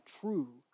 true